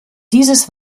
dieses